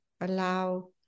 allow